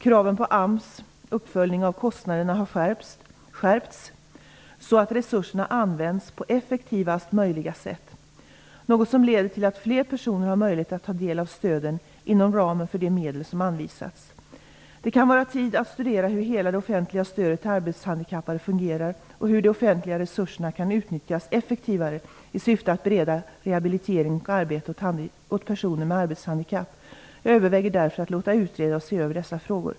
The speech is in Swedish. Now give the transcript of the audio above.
Kraven på AMS:s uppföljning av kostnaderna har skärpts så att resurserna används på effektivast möjliga sätt, något som leder till att fler personer har möjlighet att ta del av stöden inom ramen för de medel som anvisats. Det kan vara tid att studera hur hela det offentliga stödet till arbetshandikappade fungerar och hur de offentliga resurserna kan utnyttjas effektivare i syfte att bereda rehabilitering och arbete åt personer med arbetshandikapp. Jag överväger därför att låta utreda och se över dessa frågor.